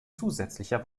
zusätzlicher